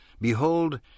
behold